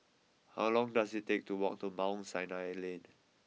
how long does it take to walk to Mount Sinai Lane